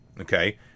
okay